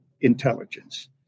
intelligence